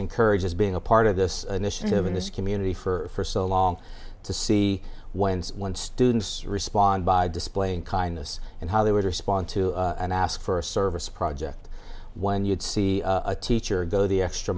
encouraged as being a part of this initiative in this community for so long to see why and when students respond by displaying kindness and how they would respond to and ask for a service project when you'd see a teacher go the extra